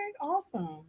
awesome